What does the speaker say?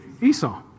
Esau